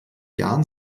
jahren